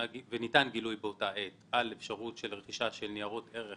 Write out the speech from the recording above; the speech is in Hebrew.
- ניתן גילוי באותה עת על אפשרות של רכישה של ניירות ערך